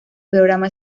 programa